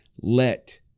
Let